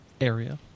area